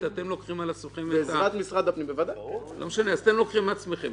יש טעם לבחון את הדברים האלה גם לגבי הצעות חוק ממשלתיות.